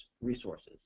resources